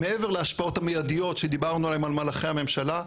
מעבר להשפעות המיידיות שדיברנו עליהם על מהלכי הממשלה,